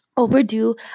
overdue